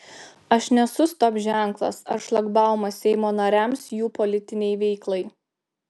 aš nesu stop ženklas ar šlagbaumas seimo nariams jų politinei veiklai